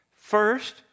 First